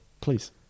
Please